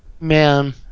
man